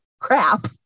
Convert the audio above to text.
crap